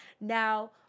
Now